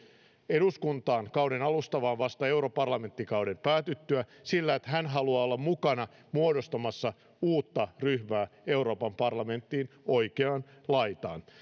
eduskuntaan kauden alusta vaan vasta europarlamenttikauden päätyttyä sillä että hän haluaa olla mukana muodostamassa uutta ryhmää euroopan parlamenttiin oikeaan laitaan